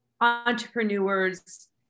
entrepreneurs